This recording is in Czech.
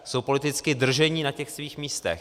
Jsou politicky drženi na těch svých místech.